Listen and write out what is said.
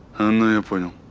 and then we'll